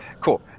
Cool